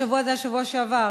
"השבוע" זה היה בשבוע שעבר,